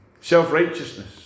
Self-righteousness